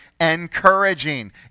encouraging